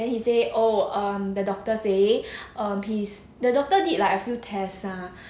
then he say oh um the doctor say um the doctor did like a few test lah